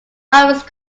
office